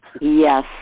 Yes